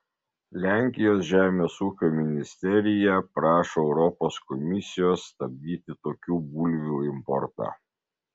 lenkijos žemės ūkio ministerija prašo europos komisijos stabdyti tokių bulvių importą